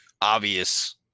obvious